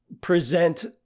present